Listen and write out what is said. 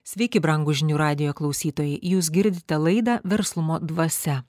sveiki brangūs žinių radijo klausytojai jūs girdite laidą verslumo dvasia